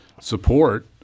support